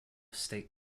state